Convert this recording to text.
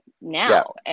now